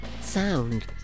sound